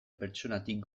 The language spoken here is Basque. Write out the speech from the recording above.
pertsonatik